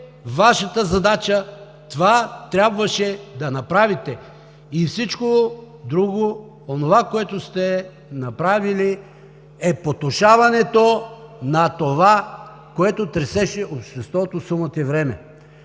Вашата задача, това трябваше да направите. И всичко друго – онова, което сте направили, е потушаването на това, което тресеше обществото сума ти време.